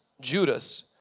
Judas